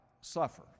suffer